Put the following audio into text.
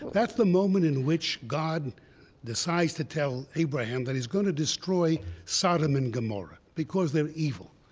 that's the moment in which god decides to tell abraham that he's going to destroy sodom and gomorrah because they're evil.